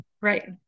Right